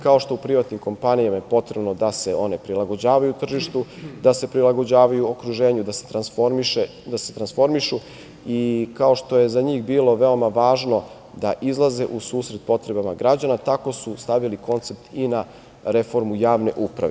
Kao što je u privatnim kompanijama potrebno da se one prilagođavaju tržištu, da se prilagođavaju okruženju, da se transformišu, kao što je za njih bilo veoma važno da izlaze u susret potrebama građana, tako su stavili koncept i na reformu javne uprave.